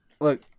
look